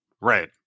Right